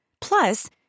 Plus